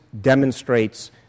demonstrates